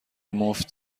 مفت